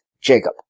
Jacob